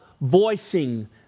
voicing